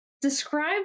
describe